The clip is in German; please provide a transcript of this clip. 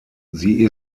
sie